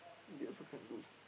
they also kind of lose